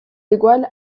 igual